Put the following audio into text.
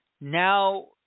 now